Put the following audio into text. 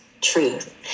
truth